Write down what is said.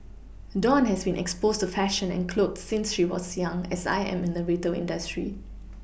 dawn has been exposed to fashion and clothes since she was young as I am in the retail industry